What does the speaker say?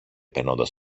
περνώντας